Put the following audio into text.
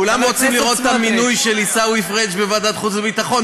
כולם רוצים לראות את המינוי של עיסאווי פריג' בוועדת חוץ וביטחון,